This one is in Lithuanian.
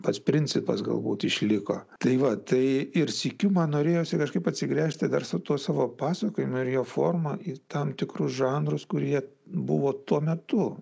pats principas galbūt išliko tai va tai ir sykiu man norėjosi kažkaip atsigręžti dar su tuo savo pasakojimu ir jo forma į tam tikrus žanrus kurie buvo tuo metu